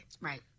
right